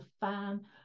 fan